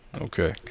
Okay